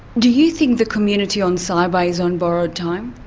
do you think the community on saibai is on borrowed time?